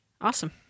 Awesome